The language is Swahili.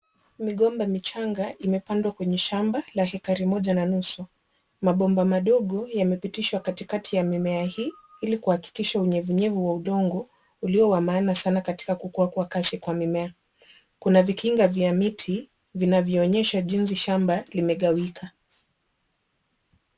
Migomba michanga, imepandwa kwenye shamba la ekari moja na nusu. Mabomba madogo yamepitishwa katikati ya mimea hii ili kuhakikisha unyenyekevu wa udongo ulio wa maana sana katika kukua kwa kasi kwa mimea. Kuna vikinga vya miti vinavyoonyesha jinsi shamba limegawika.